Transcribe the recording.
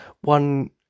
one